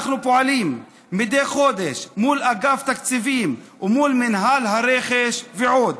אנחנו פועלים מדי חודש מול אגף תקציבים ומול מינהל הרכש ועוד.